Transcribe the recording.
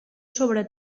sobre